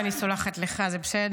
אני סולחת לך,